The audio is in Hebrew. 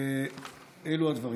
אלו הדברים.